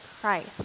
Christ